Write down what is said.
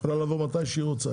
היא יכולה לבוא מתי שהיא רוצה.